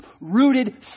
rooted